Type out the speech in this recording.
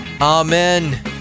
Amen